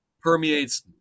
permeates